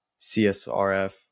CSRF